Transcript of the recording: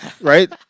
right